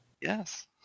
Yes